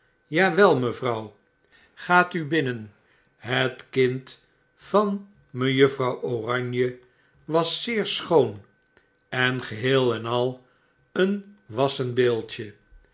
wel mevrouw gaat u binnen het kind van mejuffrouw oranje was zeer schoon en geheel en al een wassen beeldje